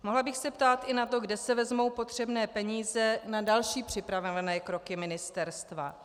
Mohla bych se ptát i na to, kde se vezmou potřebné peníze na další připravované kroky ministerstva.